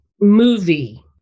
movie